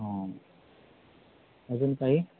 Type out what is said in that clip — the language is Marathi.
हा अजून काही